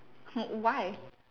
why